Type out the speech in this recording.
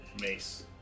mace